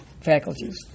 faculties